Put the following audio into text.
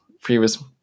previous